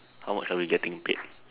how much are we getting paid